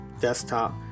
desktop